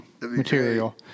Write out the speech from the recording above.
material